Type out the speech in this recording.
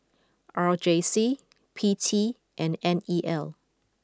R J C P T and N E L